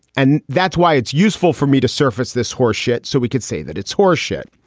and that's why it's useful for me to surface this horseshit. so we could say that it's horseshit.